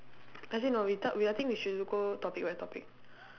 as in no we ta~ we I think we should go topic by topic